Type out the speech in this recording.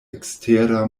ekstera